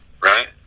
right